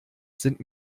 sind